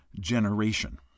generation